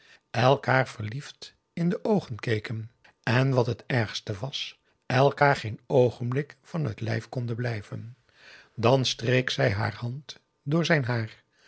elkaar verliefd in de oogen keken en wat het ergste was elkaar geen oogenblik van het lijf konden blijven dàn streek zij haar hand door zijn haar